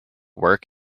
work